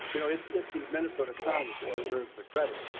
you know it is the minnesota economy that deserves the credit.